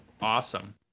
Awesome